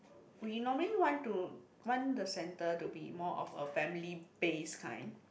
we normally want to want the center to be more of a family base kind